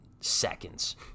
seconds